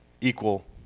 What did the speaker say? equal